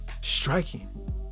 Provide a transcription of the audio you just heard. striking